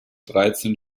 dreizehn